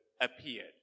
appeared